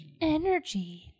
energy